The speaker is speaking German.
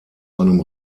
einem